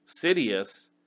Sidious